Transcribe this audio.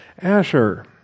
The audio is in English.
Asher